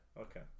okay